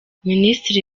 minisitiri